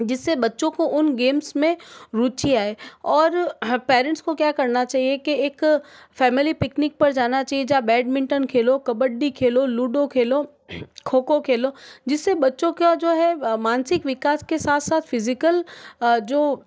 जिससे बच्चों को उन गेम्स में रुचि आए और पेरेंट्स को क्या करना चाहिए कि एक फ़ैमिली पिकनिक पर जाना चाहिए जहाँ बैडमिंटन खेलो कबड्डी खेलो लूडो खेलो खोखो खेलो जिससे बच्चों का जो है मानसिक विकास के साथ साथ फिज़िकल जो